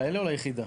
כאלה או ליחידה?